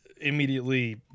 immediately